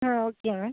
ah okay ma'am